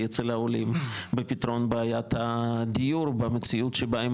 אצל העולים בפתרון בעיית הדיור במציאות שבה הם